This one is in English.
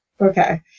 Okay